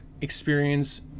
experience